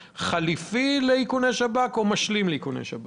חליפי לאיכוני השב"כ או משלים לאיכוני השב"כ?